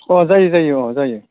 अ जायो जायो अ जायो